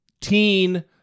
teen